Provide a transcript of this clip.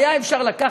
היה אפשר לקחת,